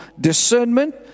discernment